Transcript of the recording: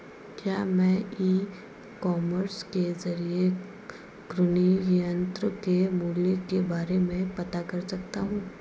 क्या मैं e commerce के ज़रिए कृषि यंत्र के मूल्य के बारे में पता कर सकता हूँ?